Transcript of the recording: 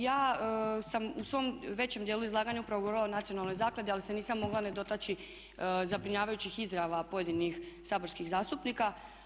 Ja sam u svom većem dijelu izlaganja upravo govorila o Nacionalnoj zakladi, ali se nisam mogla ne dotaći zabrinjavajućih izjava pojedinih saborskih zastupnika.